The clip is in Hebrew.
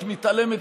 את מתעלמת,